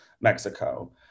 Mexico